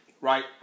right